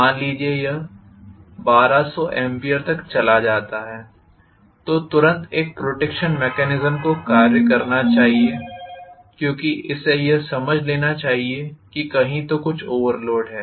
मान लिया जाए कि यह 1200 A तक चला जाता है तो तुरंत एक प्रोटेक्शन सिस्टम को कार्य करना चाहिए क्योंकि इसे यह समझ लेना चाहिए कि कहीं तो कुछ ओवरलोड है